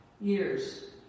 years